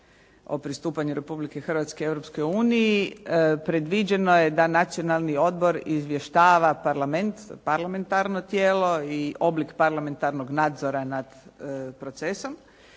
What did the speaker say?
o pristupanju Republike Hrvatske Europskoj uniji predviđeno je da Nacionalni odbor izvještava Parlament, parlamentarno tijelo i oblik parlamentarnog nadzora nad procesom,